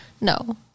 No